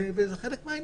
וזה חלק מהעניין.